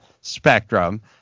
spectrum